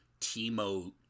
Timo